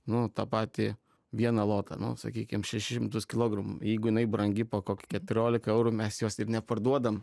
nu tą patį vieną lotą nu sakykim šešis šimtus kilogramų jeigu jinai brangi po kokį keturiolika eurų mes jos ir neparduodam